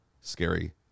scary